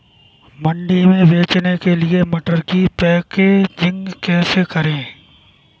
मंडी में बेचने के लिए मटर की पैकेजिंग कैसे करें?